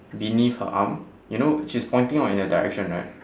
beneath her arm you know she's pointing out in that direction right